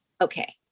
okay